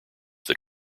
that